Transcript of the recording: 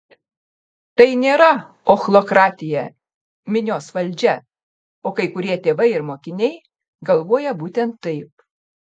tai nėra ochlokratija minios valdžia o kai kurie tėvai ir mokiniai galvoja būtent taip